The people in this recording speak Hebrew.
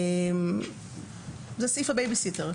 זה סעיף הבייבי-סיטר,